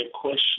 question